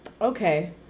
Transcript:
Okay